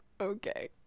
okay